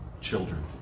children